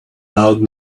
loud